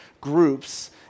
groups